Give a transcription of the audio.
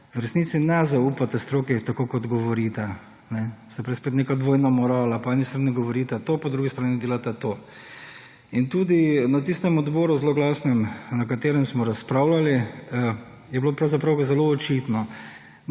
v resnici ne zaupate stroki, tako kot govorite. Se pravi spet neka dvojna morala. Po eni strani govorite to, po drugi strani delate to. In tudi na tistem odboru zloglasnem, na katerem smo razpravljali, je bilo pravzaprav zelo očitno.